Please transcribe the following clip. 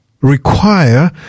require